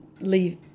leave